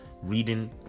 Reading